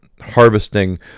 harvesting